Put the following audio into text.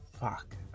Fuck